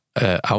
out